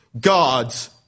God's